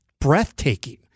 breathtaking